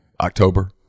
October